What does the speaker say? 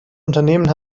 unternehmen